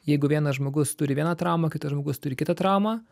jeigu vienas žmogus turi vieną traumą kitas žmogus turi kitą traumą